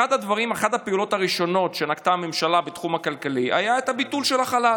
אחת הפעולות הראשונות שנקטה הממשלה בתחום הכלכלי הייתה ביטול החל"ת.